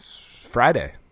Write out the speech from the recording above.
Friday